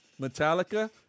Metallica